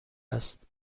است